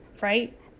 right